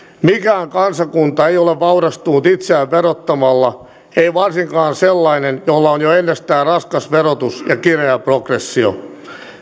mikään kansakunta ei ole vaurastunut itseään verottamalla ei varsinkaan sellainen jolla on jo ennestään raskas verotus ja kireä progressio